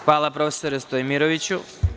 Hvala, profesore Stojmiroviću.